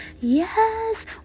Yes